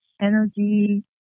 energy